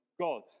God